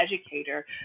educator